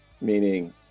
Meaning